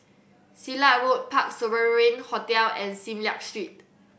Silat Road Parc Sovereign Hotel and Sim Liak Street